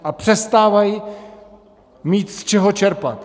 A přestávají mít z čeho čerpat.